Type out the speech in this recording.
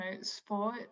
sport